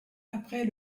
après